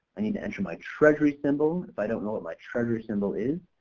i need to enter my treasury symbol. if i don't know what my treasury symbol is,